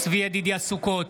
צבי ידידיה סוכות,